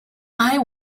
eye